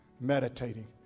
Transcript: Meditating